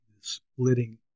splitting